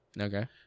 Okay